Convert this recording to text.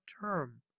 term